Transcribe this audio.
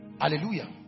Hallelujah